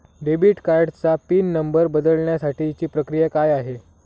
Debit कार्डचा pin number बदलण्यासाठीची प्रक्रिया काय आहे?